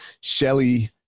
Shelly